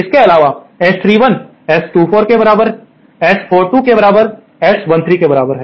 इसके अलावा S31 S24 के बराबर S42 के बराबर S13 के बराबर है